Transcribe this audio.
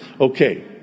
Okay